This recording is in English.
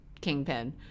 kingpin